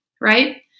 Right